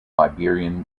liberian